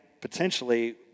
potentially